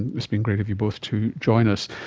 it's been great of you both to join us.